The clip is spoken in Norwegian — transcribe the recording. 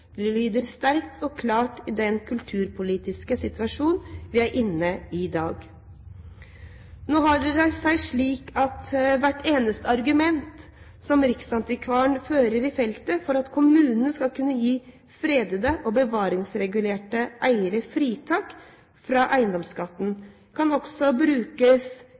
lyder sterkt og klart i den kulturpolitiske situasjon vi er inne i i dag. Nå har det seg slik at hvert eneste argument som riksantikvaren fører i marken for at kommunene skal kunne gi eiere av fredede og bevaringsregulerte kulturminner fritak for eiendomsskatten, også kan brukes